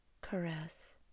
caress